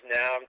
now